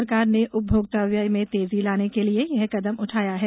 सरकार ने उपभोक्ता व्यय में तेजी लाने के लिए यह कदम उठाया है